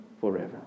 forever